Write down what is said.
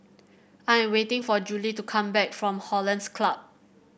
I am waiting for Jule to come back from Hollandse Club